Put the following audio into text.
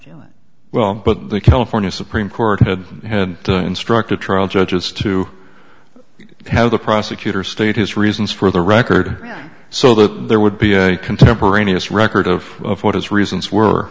argument well but the california supreme court had had to instruct the trial judges to have the prosecutor state his reasons for the record so that there would be a contemporaneous record of what his reasons were